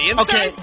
Okay